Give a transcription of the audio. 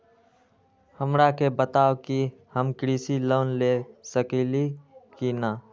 हमरा के बताव कि हम कृषि लोन ले सकेली की न?